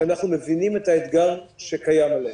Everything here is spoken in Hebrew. כשאנחנו מבינים את האתגר שקיים עליהם.